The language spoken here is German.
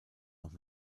noch